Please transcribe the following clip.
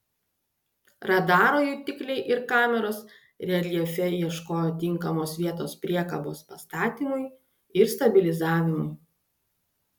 radaro jutikliai ir kameros reljefe ieško tinkamos vietos priekabos pastatymui ir stabilizavimui